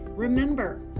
Remember